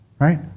Right